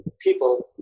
people